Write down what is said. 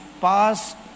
past